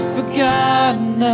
forgotten